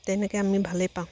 তেনেকৈ আমি ভালেই পাওঁ